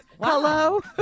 Hello